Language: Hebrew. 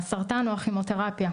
הסרטן או הכימותרפיה,